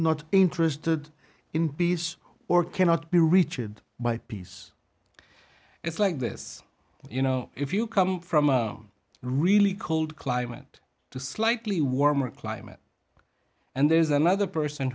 not interested in peace or cannot be richard by peace it's like this you know if you come from a on really cold climate to slightly warmer climate and there's another person